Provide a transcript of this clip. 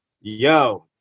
yo